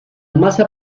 masa